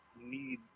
need